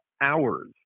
hours